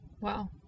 Wow